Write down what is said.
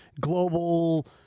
global